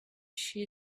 she